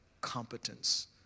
competence